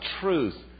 truth